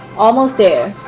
almost there